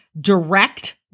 Direct